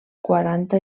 quaranta